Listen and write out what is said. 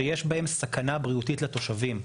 שיש בהם סכנה בריאותית לתושבים,